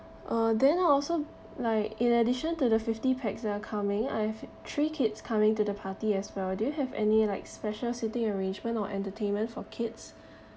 uh then I also like in addition to the fifty pax that're coming I have three kids coming to the party as well do you have any like special seating arrangement or entertainment for kids